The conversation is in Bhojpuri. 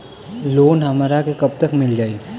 लोन हमरा के कब तक मिल जाई?